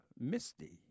Misty